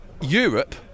Europe